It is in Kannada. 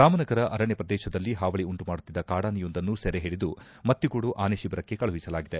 ರಾಮನಗರ ಅರಣ್ಯ ಪ್ರದೇಶದಲ್ಲಿ ಪಾವಳಿ ಉಂಟು ಮಾಡುತ್ತಿದ್ದ ಕಾಡಾನೆಯೊಂದನ್ನು ಸೆರೆ ಓಡಿದು ಮತ್ತಿಗೊಡು ಆನೆ ಶಿಬಿರಕ್ಕೆ ಕಳುಹಿಸಲಾಗಿದೆ